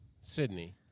Sydney